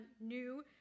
new